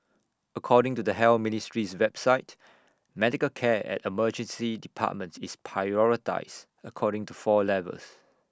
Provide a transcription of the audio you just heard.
according to the health ministry's website medical care at emergency departments is prioritised according to four levels